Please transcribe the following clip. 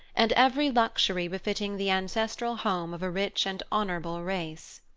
and every luxury befitting the ancestral home of a rich and honorable race.